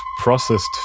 processed